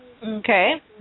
Okay